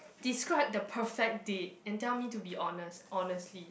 describe the perfect date and tell me to be honest honestly